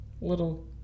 little